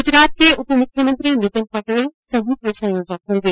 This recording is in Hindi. गुजरात के उप मुख्यमंत्री नितिन पटेल समूह के संयोजक होंगे